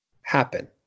happen